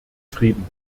frieden